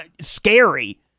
scary